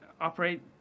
operate